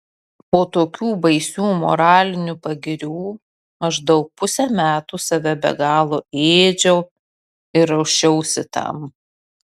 po tokių baisių moralinių pagirių maždaug pusę metų save be galo ėdžiau ir ruošiausi tam